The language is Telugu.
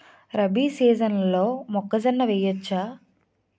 రబీ సీజన్లో మొక్కజొన్న వెయ్యచ్చా?